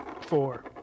four